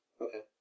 Okay